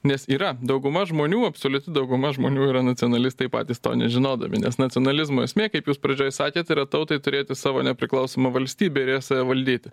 nes yra dauguma žmonių absoliuti dauguma žmonių yra nacionalistai patys to nežinodami nes nacionalizmo esmė kaip jūs pradžioj sakėt tai yra tautai turėti savo nepriklausomą valstybę ir joje save valdyti